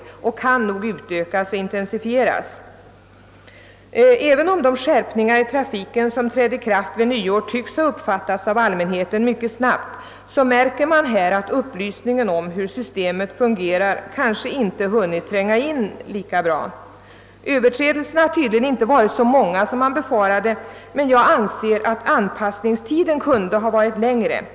Dessa program kan nog ökas och intensifieras. Även om de skärpningar i trafiken som träder i kraft vid nyåret tycks ha uppfattats av allmänheten mycket snabbt, märker man att upplysning om hur systemet fungerar kanske inte hunnit tränga in lika bra. Överträdelserna har tydligen inte varit så många som man befarade, men jag anser att anpassningstiden kunde ha varit längre.